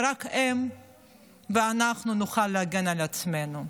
ורק הם ואנחנו נוכל להגן על עצמנו.